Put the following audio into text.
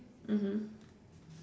mmhmm